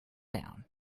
down